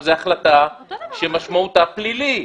זו החלטה שמשמעותה פלילית.